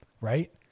right